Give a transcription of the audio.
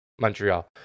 Montreal